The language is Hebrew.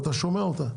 אתה שומע אותה.